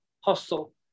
hostel